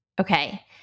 Okay